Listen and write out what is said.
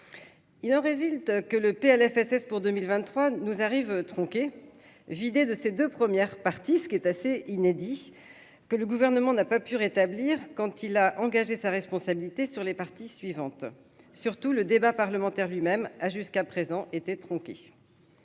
il en résulte que le Plfss pour 2023 nous arrive tronqué vidé de ses 2 premières parties, ce qui est assez inédit que le gouvernement n'a pas pu rétablir quand il a engagé sa responsabilité sur les parties suivantes surtout le débat parlementaire lui-même a jusqu'à présent été tronqué